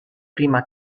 prima